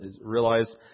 realize